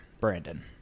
Brandon